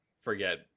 forget